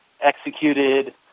executed